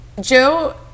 joe